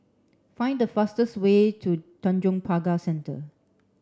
find the fastest way to Tanjong Pagar Centre